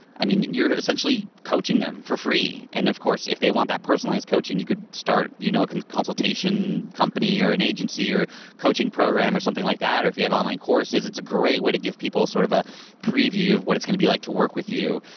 i mean you're essentially coaching them for free. and of course, if they want that personalized coaching, you could start you know a consultation company or an agency or coaching program or something like that, or if you have online courses, it's a great way to give people sort of a preview of what it's going to be like to work with you,